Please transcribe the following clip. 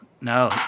No